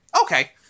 Okay